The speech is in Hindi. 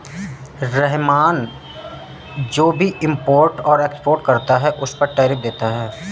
रहमान जो भी इम्पोर्ट और एक्सपोर्ट करता है उस पर टैरिफ देता है